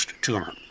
tumor